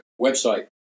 website